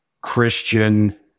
Christian